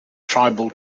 tribal